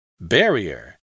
Barrier